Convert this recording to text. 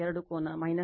2 ಕೋನ 83